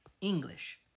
English